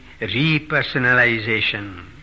repersonalization